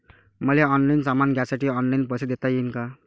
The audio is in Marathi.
मले ऑनलाईन सामान घ्यासाठी ऑनलाईन पैसे देता येईन का?